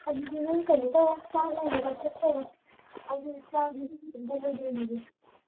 ꯑꯗꯨꯗꯤ ꯅꯪ ꯀꯩꯅꯣ ꯇꯧꯔꯣ ꯆꯥꯛ ꯂꯣꯏꯔꯗꯤ ꯆꯥꯊꯣꯛꯆꯔꯣ ꯑꯩꯁꯨ ꯆꯥꯛ